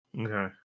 Okay